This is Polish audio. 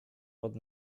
pod